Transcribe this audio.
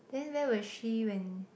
then where was she when